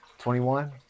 21